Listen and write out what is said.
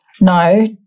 No